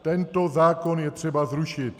Tento zákon je třeba zrušit.